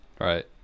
Right